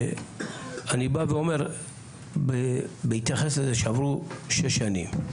אני בא ואומר בהתייחס לזה שעברו שש שנים,